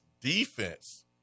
defense